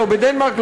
לא בדנמרק,